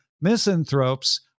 misanthropes